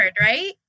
right